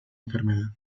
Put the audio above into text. enfermedad